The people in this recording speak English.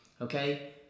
Okay